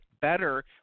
better